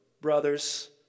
brothers